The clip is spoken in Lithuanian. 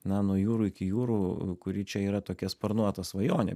na nuo jūrų iki jūrų kuri čia yra tokia sparnuota svajonė